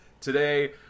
Today